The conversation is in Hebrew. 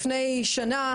לפני שנה,